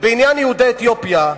בעניין יהודי אתיופיה,